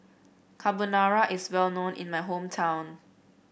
Carbonara is well known in my hometown